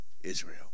Israel